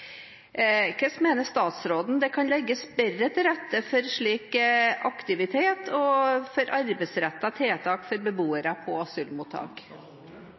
Hvordan mener statsråden at det kan legges bedre til rette for slik aktivitet og for arbeidsrettet tiltak for beboere på asylmottak?